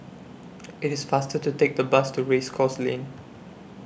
IT IS faster to Take The Bus to Race Course Lane